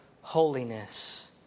Holiness